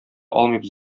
алмыйбыз